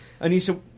Anissa